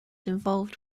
involved